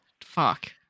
Fuck